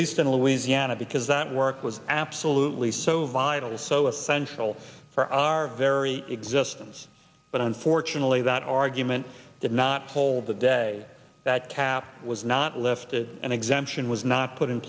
least in louisiana because that work was absolutely so vital so essential for our very existence but unfortunately that argument did not hold the day that cap was not lifted an exemption was not put in